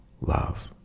love